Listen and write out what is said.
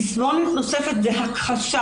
תסמונת נוספת היא הכחשה